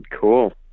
Cool